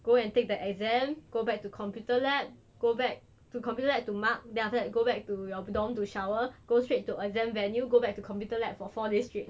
go and take the exam go back to computer lab go back to computer lab to mark then after that go back to your dorm to shower go straight to exam venue go back to computer lab for four days straight